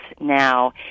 now